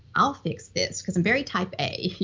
i'll fix this. because i'm very type a,